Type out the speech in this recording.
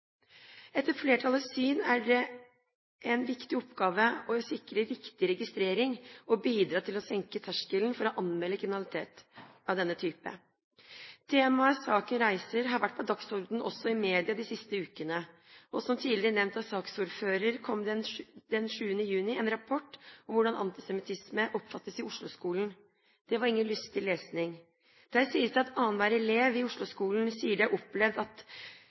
Etter flertallets syn er det en viktig oppgave å sikre riktig registrering og bidra til å senke terskelen for å anmelde kriminalitet av denne type. Temaet saken reiser, har vært på dagsordenen også i media de siste ukene. Som nevnt av saksordføreren, kom det den 7. juni en rapport om hvordan antisemittisme oppfattes i Oslo-skolen. Det var ingen lystig lesning. Der sies det at annenhver elev i Oslo-skolen sier de har opplevd at